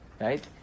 Right